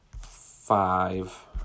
five